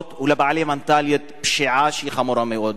ולבעלי מנטליות פשיעה שהיא חמורה מאוד.